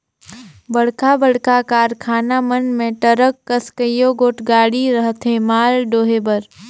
बड़खा बड़खा कारखाना मन में टरक कस कइयो गोट गाड़ी रहथें माल डोहे बर